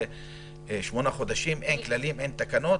זה שמונה חודשים, אין כללים, אין תקנות